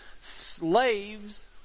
slaves